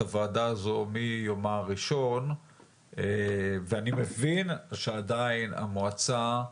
הוועדה הזו מיומה הראשון ואני מבין שעדיין המועצה,